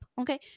Okay